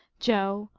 joe,